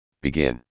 begin